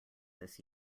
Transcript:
this